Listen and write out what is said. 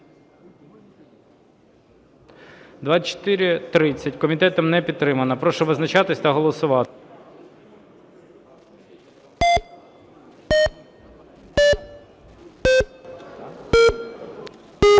2895 комітетом не підтримана. Прошу визначатися та голосувати.